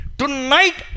tonight